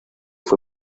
fue